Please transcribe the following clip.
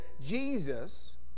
Jesus